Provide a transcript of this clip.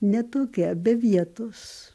ne tokia be vietos